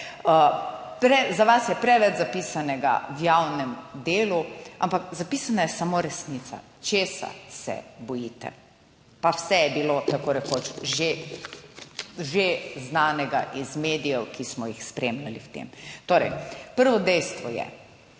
Za vas je preveč zapisanega v javnem delu, ampak zapisana je samo resnica. Česa se bojite pa vse je bilo tako rekoč že že znanega iz medijev, ki smo jih spremljali v tem? Torej, prvo dejstvo je,